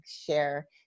share